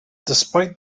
despite